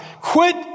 quit